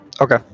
Okay